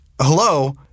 hello